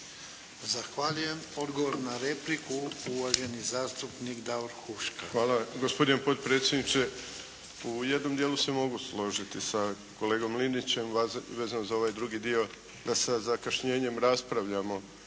Zahvaljujem. Odgovor na repliku uvaženi zastupnik Davor Huška. **Huška, Davor (HDZ)** Hvala, gospodine potpredsjedniče. U jednom dijelu se mogu složiti sa kolegom Linićem vezano za ovaj drugi dio da sa zakašnjenjem raspravljamo